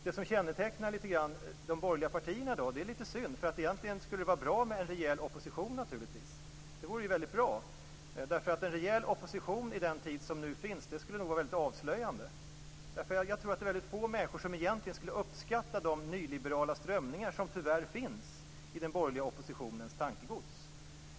Det är litet synd att de borgerliga partierna inte formar en rejäl opposition. Det vore egentligen väldigt bra, därför att en rejäl opposition i den tid som nu är skulle nog vara rätt avslöjande. Jag tror att det är väldigt få människor som skulle uppskatta de nyliberala strömningar som tyvärr finns i den borgerliga oppositionens tankegods.